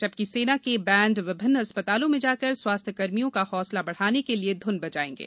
जबकि सेना के बैंड विभिन्न अस्पतालों में जाकर स्वास्थ्यकर्मियों का हौसला बढाने के लिए ध्न बजायेंगे